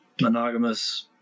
monogamous